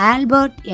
Albert